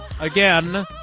again